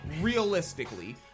realistically